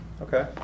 okay